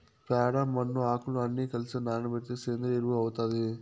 ప్యాడ, మన్ను, ఆకులు అన్ని కలసి నానబెడితే సేంద్రియ ఎరువు అవుతాది